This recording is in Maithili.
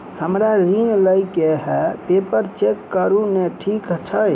हमरा ऋण लई केँ हय पेपर चेक करू नै ठीक छई?